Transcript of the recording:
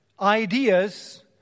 ideas